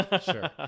sure